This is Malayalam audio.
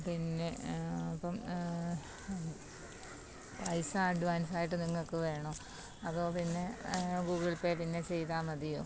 പിന്നെ ഇപ്പം പൈസ അഡ്വാൻസ് ആയിട്ട് നിങ്ങൾക്ക് വേണോ അതോ പിന്നെ ഗൂഗിൾ പേ പിന്നെ ചെയ്താൽ മതിയോ